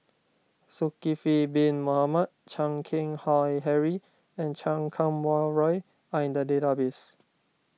Zulkifli Bin Mohamed Chan Keng Howe Harry and Chan Kum Wah Roy are in the database